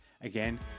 Again